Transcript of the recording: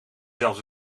zelfs